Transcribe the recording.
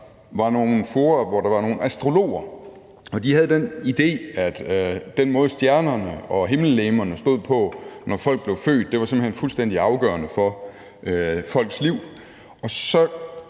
Det var nogle fora, hvor der var nogle astrologer, og de havde den idé, at den måde, stjernerne og himmellegemerne stod på, når folk blev født, simpelt hen var fuldstændig afgørende for folks liv. Så